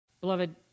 Beloved